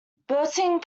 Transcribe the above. berthing